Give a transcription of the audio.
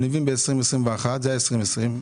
זה היה ב-2020,